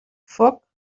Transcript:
foc